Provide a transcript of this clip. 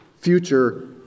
future